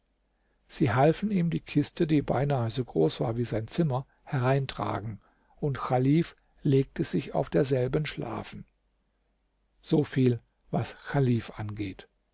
sie halfen ihm die kiste die beinahe so groß war wie sein zimmer hereintragen und chalif legte sich auf derselben schlafen soviel was chalif angeht